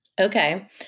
Okay